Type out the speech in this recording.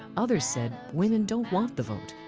others said, women don't want the vote.